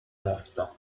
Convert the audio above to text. morta